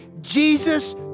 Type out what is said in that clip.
Jesus